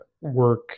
work